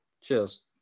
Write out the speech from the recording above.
cheers